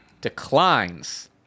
declines